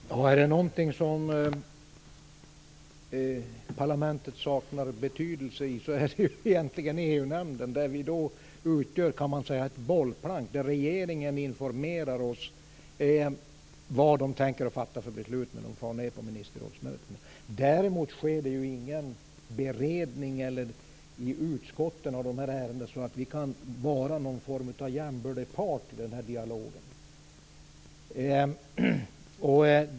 Herr talman! Är det något område där parlamentet saknar betydelse så är det på EU-nämndens område. Vi utgör ett bollplank. Regeringen informerar oss om vilka beslut man tänker fatta när man far ned på ministerrådsmötena. Däremot sker det ingen beredning i utskottet av dessa ärenden, så att vi kan vara en jämbördig part i dialogen.